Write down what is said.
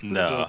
no